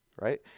right